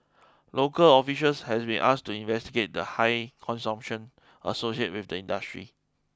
local officials have been asked to investigate the high consumption associated with the industry